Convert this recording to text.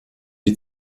die